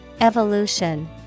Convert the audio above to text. Evolution